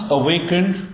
awakened